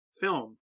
film